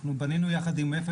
בנינו יחד עם אופ"א,